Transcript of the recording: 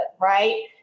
right